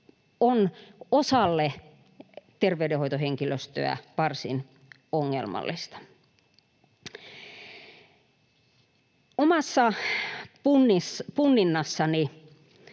on osalle terveydenhoitohenkilöstöä varsin ongelmallista. Omassa punninnassani